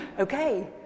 Okay